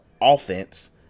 offense